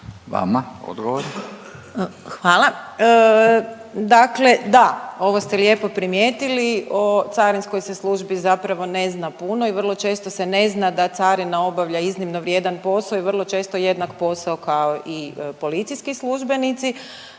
Tereza** Hvala. Dakle da, ovo ste lijepo primijetili, o carinskoj se službi zapravo ne zna puno i vrlo često se ne zna da carina obavlja iznimno vrijedan posao i vrlo često jednak posao kao i policijski službenici.